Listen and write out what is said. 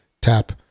tap